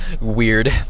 Weird